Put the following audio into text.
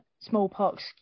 smallpox